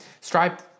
Stripe